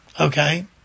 okay